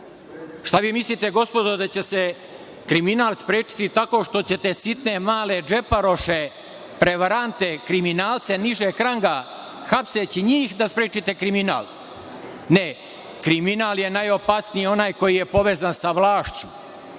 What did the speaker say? Šta vi mislite, gospodo, da će se kriminal sprečiti tako što ćete sitne male džeparoše, prevarante, kriminalce nižeg ranga, hapseći njih da sprečite kriminal? Ne, kriminal je najopasniji onaj koji je povezan sa vlašću.